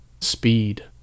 speed